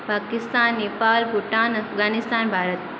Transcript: Pakistan Nepal Bhutan Afghanistan Bharat